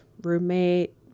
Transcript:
roommate